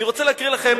אני רוצה להקריא לכם,